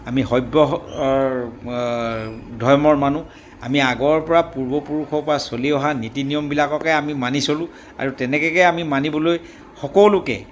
আমি সভ্য ধৰ্মৰ মানুহ আমি আগৰ পৰা পূৰ্বপুৰুষৰ পৰা চলি অহা নীতি নিয়মবিলাককে আমি মানি চলোঁ আৰু তেনেকৈ আমি মানিবলৈ সকলোকে